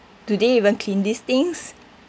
do they even clean these things